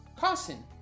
cousin